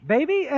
Baby